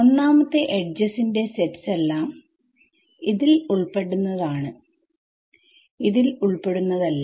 ഒന്നാമത്തെ എഡ്ജസ് ന്റെ സെറ്റ്സ് എല്ലാം ൽ ഉൾപ്പെടുന്നതാണ് ൽ ഉൾപ്പെടുന്നതല്ല